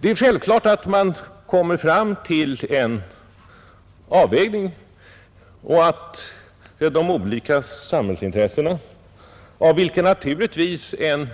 Det är självklart att det måste göras en avvägning mellan olika samhällsintressen, av vilka en